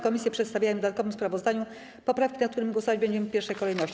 Komisje przedstawiają w dodatkowym sprawozdaniu poprawki, nad którymi głosować będziemy w pierwszej kolejności.